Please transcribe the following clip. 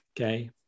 Okay